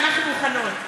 אנחנו מוכנות.